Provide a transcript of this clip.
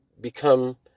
become